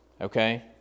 okay